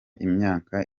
imyaka